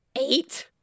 eight